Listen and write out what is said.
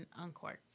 Uncorked